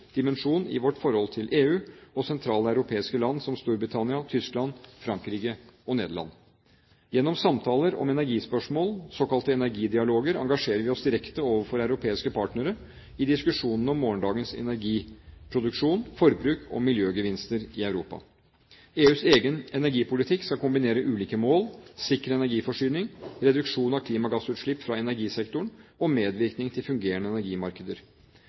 i vårt forhold til EU og sentrale europeiske land, som Storbritannia, Tyskland, Frankrike og Nederland. Gjennom samtaler om energispørsmål – såkalte energidialoger – engasjerer vi oss direkte overfor europeiske partnere i diskusjonene om morgendagens energiproduksjon, forbruk og miljøgevinster i Europa. EUs egen energipolitikk skal kombinere ulike mål: sikker energiforsyning, reduksjon av klimagassutslipp fra energisektoren og medvirkning til fungerende energimarkeder.